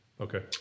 Okay